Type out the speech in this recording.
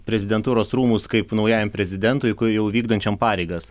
prezidentūros rūmus kaip naujajam prezidentui jau vykdančiam pareigas